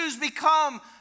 become